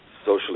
socially